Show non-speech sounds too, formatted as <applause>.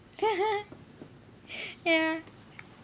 <laughs> ya